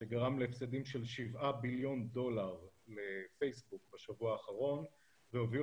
שגרם להפסדים של שבעה ביליון דולר לפייסבוק בשבוע האחרון והוביל